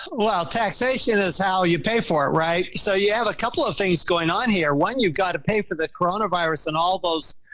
well, taxation is how you pay for it, right? so you have a couple of things going on here. one, you got to pay for the coronavirus and all those,